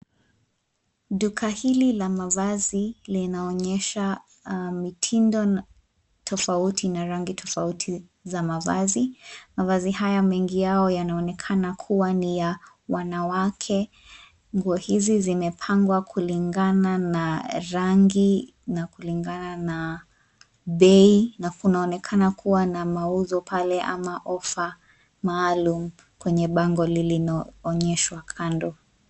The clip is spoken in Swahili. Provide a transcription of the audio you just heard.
Duka hili la mavazi linaonyesha, mitindo na, tofauti na rangi tofauti, za mavazi, mavazi haya mengi yao yanaonekana kuwa ni ya, wanawake, nguo hizi zimepangwa kulingana na rangi, na kulingana na, bei na, kunaonekana kuwa na mauzo pale ama offer , maalum, kwenye bango lililo, onyeshwa kando.